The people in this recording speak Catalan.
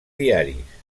diaris